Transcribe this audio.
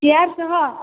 chair ସହ